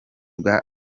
bwa